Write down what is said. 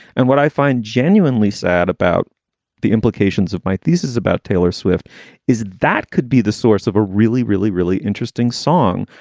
and what i find genuinely sad about the implications of my thesis about taylor swift is that could be the source of a really, really, really interesting song.